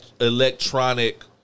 electronic